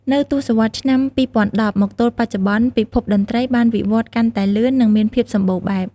នៅទសវត្សរ៍ឆ្នាំ ២០១០ មកទល់បច្ចុប្បន្ន ពិភពតន្ត្រីបានវិវត្តន៍កាន់តែលឿន និងមានភាពសម្បូរបែប។